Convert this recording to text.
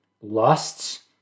lusts